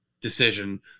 decision